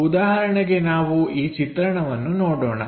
ಉದಾಹರಣೆಗೆ ನಾವು ಈ ಚಿತ್ರಣವನ್ನು ನೋಡೋಣ